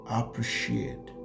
appreciate